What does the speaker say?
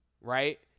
right